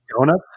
Donuts